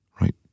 right